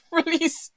Release